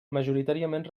majoritàriament